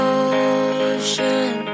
ocean